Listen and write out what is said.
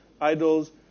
Idols